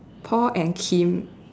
Paul and Kim